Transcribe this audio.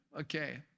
okay